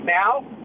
now